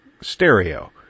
stereo